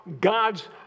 God's